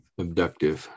Abductive